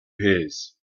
his